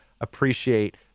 appreciate